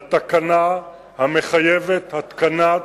על תקנה המחייבת התקנת